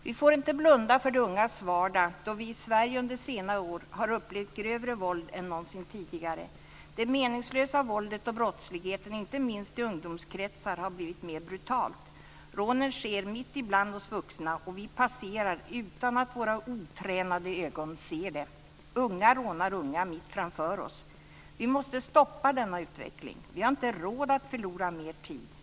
Vi får inte blunda för de ungas vardag då vi i Sverige under senare år har upplevt grövre våld än någonsin tidigare. Det meningslösa våldet och brottsligheten, inte minst i ungdomskretsar, har blivit mer brutala. Rånen sker mitt ibland oss vuxna, och vi passerar utan att våra otränade ögon ser det. Unga rånar unga mitt framför oss. Vi måste stoppa denna utveckling. Vi har inte råd att förlora mer tid.